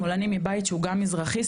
שמאלני מבית שהוא גם מזרחי,